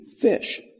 fish